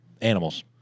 Animals